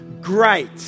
great